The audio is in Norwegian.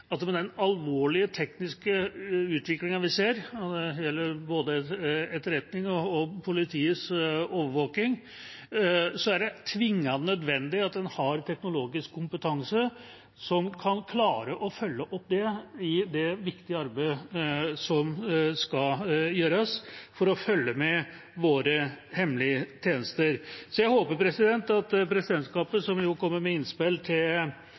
med den alvorlige tekniske utviklingen vi ser – og det gjelder både etterretning og politiets overvåking – er det tvingende nødvendig at en har teknologisk kompetanse som kan klare å følge opp det i det viktige arbeidet som skal gjøres for å følge med på våre hemmelige tjenester. Så jeg håper at presidentskapet, som kommer med innspill til